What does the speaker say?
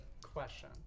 question